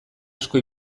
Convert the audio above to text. asko